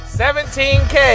17k